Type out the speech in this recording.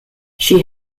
she